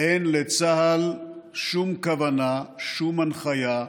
אין לצה"ל שום כוונה, שום הנחיה,